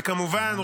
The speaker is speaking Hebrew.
וכמובן,